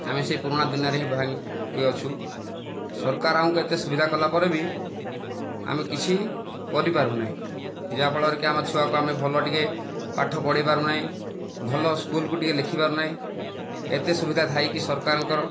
ଆମେ ସେଇ ପୁରୁଣା ଦିନରେ ହିଁ କି ଅଛୁ ସରକାର ଆମକୁ ଏତେ ସବୁ ସୁବିଧା କଲା ପରେ ବି ଆମେ କିଛି କରିପାରୁନାହିଁ ଯାହା ଫଳରେକି ଆମ ଛୁଆକୁ ଭଲ ଟିକେ ପାଠ ପଢ଼ାଇପାରୁନାହିଁ ଭଲ ସ୍କୁଲକୁ ଟିକେ ଲେଖିବାର ନାହିଁ ଏତେ ସୁବିଧା ଥାଇକି ସରକାରଙ୍କର